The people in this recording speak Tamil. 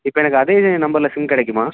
இப்போ எனக்கு அதே நம்பர்ல சிம் கிடைக்குமா